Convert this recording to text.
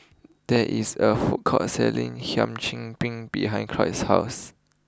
there is a food court selling Hum Chim Peng behind Cloyd's house